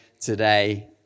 today